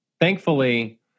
Thankfully